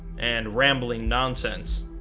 and rambling nonsense.